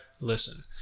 listen